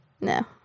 No